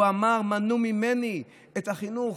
הוא אמר: מנעו ממני את החינוך,